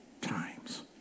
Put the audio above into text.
times